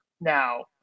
Now